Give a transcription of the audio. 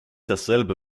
dasselbe